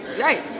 Right